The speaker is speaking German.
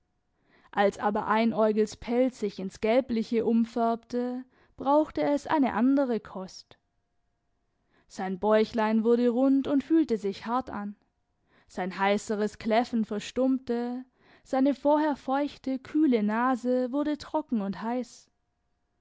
als aber einäugels pelz sich ins gelbliche umfärbte brauchte es eine andere kost sein bäuchlein wurde rund und fühlte sich hart an sein heiseres kläffen verstummte seine vorher feuchte kühle nase wurde trocken und heiß